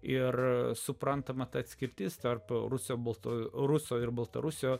ir suprantama ta atskirtis tarp ruso baltoje ruso ir baltarusio